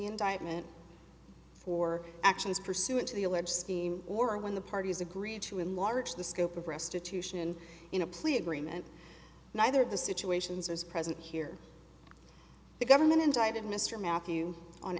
indictment for actions pursuant to the alleged scheme or when the parties agree to enlarge the scope of restitution in a plea agreement neither of the situations is present here the government indicted mr matthew on